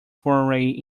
foray